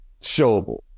showable